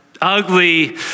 ugly